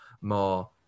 more